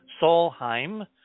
Solheim